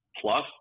Plus